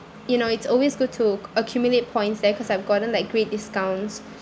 you know it's always good to cu~ accumulate points there cause I've gotten like great discounts